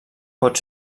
pot